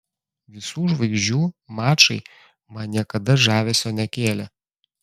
visų žvaigždžių mačai man niekada žavesio nekėlė